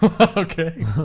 Okay